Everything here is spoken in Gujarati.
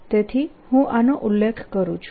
તેથી હું આનો ઉલ્લેખ કરું છું